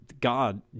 God